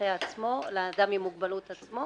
לאדם עם מוגבלות עצמו